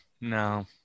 No